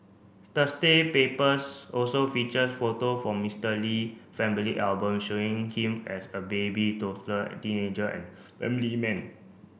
Thursday papers also featured photo from Mister Lee family album showing him as a baby toddler a teenager and family man